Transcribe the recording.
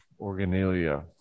organelia